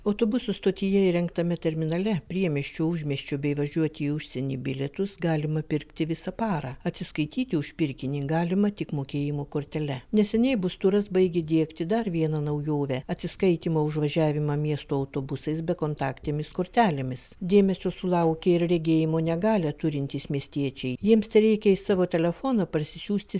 autobusų stotyje įrengtame terminale priemiesčių užmiesčio bei važiuoti į užsienį bilietus galima pirkti visą parą atsiskaityti už pirkinį galima tik mokėjimo kortele neseniai busturas baigė diegti dar vieną naujovę atsiskaitymą už važiavimą miesto autobusais bekontaktėmis kortelėmis dėmesio sulaukė ir regėjimo negalią turintys miestiečiai jiems tereikia į savo telefoną parsisiųsti